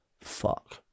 Fuck